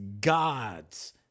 God's